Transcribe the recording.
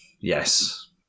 yes